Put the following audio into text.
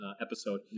episode